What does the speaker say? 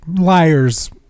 liars